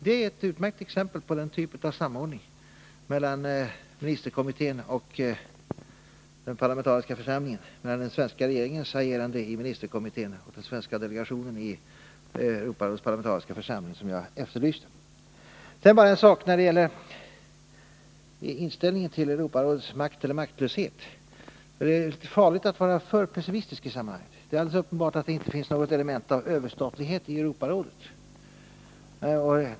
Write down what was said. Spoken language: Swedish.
Det är ett utmärkt exempel på den typ av samordning som jag efterlyste mellan ministerkommittén och den parlamentariska församlingen, alltså en samordning mellan den svenska regeringens agerande i ministerkommittén och den svenska delegationens agerande i Europarådets parlamentariska Sedan vill jag också säga några ord när det gäller inställningen till Europarådets makt eller maktlöshet. Det är litet farligt att vara för pessimistisk i sammanhanget. Det är alldeles uppenbart att det inte finns något element av överstatlighet i Europarådet.